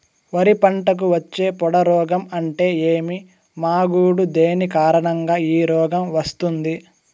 వరి పంటకు వచ్చే పొడ రోగం అంటే ఏమి? మాగుడు దేని కారణంగా ఈ రోగం వస్తుంది?